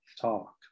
talk